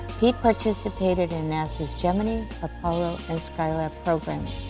pete participated in nasa's gemini, apollo, and skylab programs.